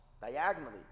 diagonally